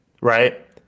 right